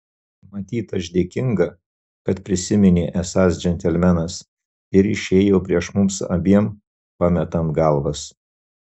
matyt aš dėkinga kad prisiminė esąs džentelmenas ir išėjo prieš mums abiem pametant galvas